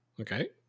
Okay